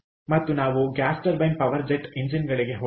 ಮತ್ತು ನಾವು gas turbine power jet ಎಂಜಿನ್ಗಳಿಗೆ ಹೋದೆವು